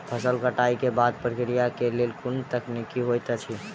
फसल कटाई केँ बादक प्रक्रिया लेल केँ कुन तकनीकी होइत अछि?